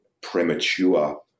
premature